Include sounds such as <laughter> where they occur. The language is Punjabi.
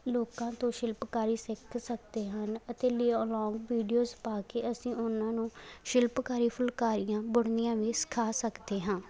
ਲੋਕਾਂ ਤੋਂ ਸ਼ਿਲਪਕਾਰੀ ਸਿੱਖ ਸਕਦੇ ਹਨ ਅਤੇ <unintelligible> ਵੀਡੀਓਜ ਪਾ ਕੇ ਅਸੀਂ ਉਹਨਾਂ ਨੂੰ ਸ਼ਿਲਪਕਾਰੀ ਫੁਲਕਾਰੀਆਂ ਬੁਣਨੀਆਂ ਵੀ ਸਿਖਾ ਸਕਦੇ ਹਾਂ